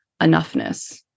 enoughness